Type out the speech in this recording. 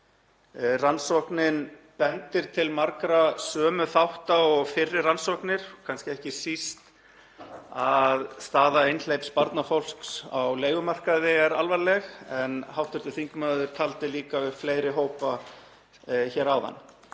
Rannsóknin bendir til margra sömu þátta og fyrri rannsóknir og kannski ekki síst að staða einhleyps barnafólks á leigumarkaði er alvarleg, en hv. þingmaður taldi líka upp fleiri hópa hér áðan.